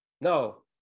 No